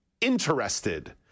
interested